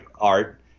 art